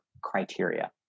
criteria